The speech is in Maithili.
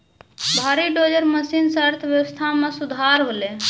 भारी डोजर मसीन सें अर्थव्यवस्था मे सुधार होलय